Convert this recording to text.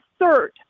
third